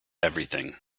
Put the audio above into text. everything